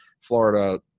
Florida